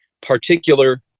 particular